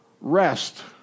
rest